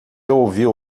ouviu